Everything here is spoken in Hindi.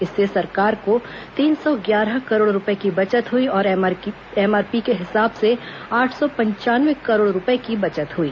इससे सरकार को तीन सौ ग्यारह करोड़ रूपये की बचत हई और एमआरपी के हिसाब से आठ सौ पंचानवे करोड़ रूपये की बचत हुई